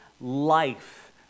life